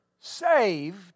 saved